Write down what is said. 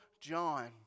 John